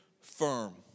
firm